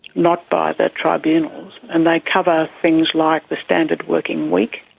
not by the tribunals. and they cover things like the standard working week,